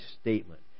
statement